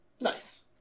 Nice